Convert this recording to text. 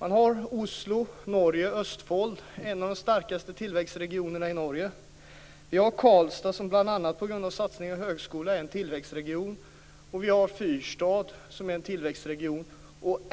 Vi har i Norge Oslo och Östfold, en av de starkaste tillväxtregionerna i Norge. Vi har Karlstad, som bl.a. på grund av satsningar i högskolan är en tillväxtregion, och vi har Fyrstad som är en tillväxtregion.